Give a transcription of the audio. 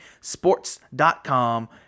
sports.com